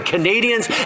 Canadians